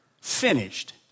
finished